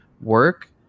work